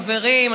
חברים,